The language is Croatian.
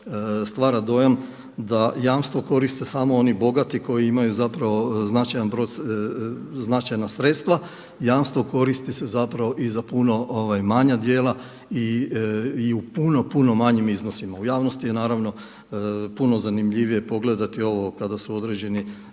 stvara dojam da jamstvo koriste samo oni bogati koji imaju zapravo značajna sredstva, jamstvo koristi se zapravo i za puno manja djela i u puno, puno manjim iznosima. U javnosti je naravno puno zanimljivije pogledati ovo kada su određeni